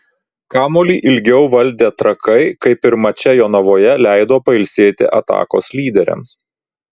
kamuolį ilgiau valdę trakai kaip ir mače jonavoje leido pailsėti atakos lyderiams